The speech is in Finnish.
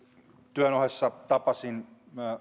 työn ohessa tapasin